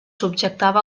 subjectava